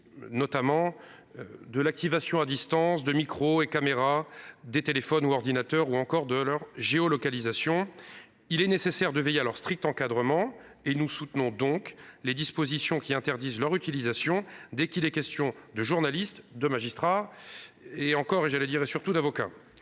notamment l'activation à distance des micros et des caméras des téléphones ou des ordinateurs ou encore leur géolocalisation. Il est nécessaire de veiller à leur strict encadrement ; nous soutenons donc les dispositions qui interdisent leur utilisation dès qu'il est question de journalistes, de magistrats ou encore, pour ne pas dire surtout, d'avocats.